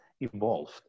evolved